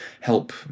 help